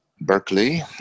Berkeley